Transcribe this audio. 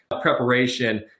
preparation